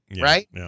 right